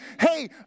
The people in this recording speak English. hey